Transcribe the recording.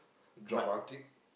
dramatic